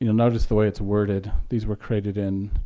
you know notice the way it's worded. these were created in